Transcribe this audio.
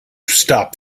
stop